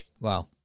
Wow